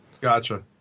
Gotcha